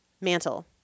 mantle